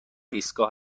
ایستگاه